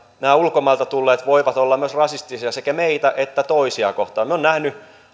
nämä ulkomailta tulleet voivat myös olla rasistisia sekä meitä että toisiaan kohtaan minä olen nähnyt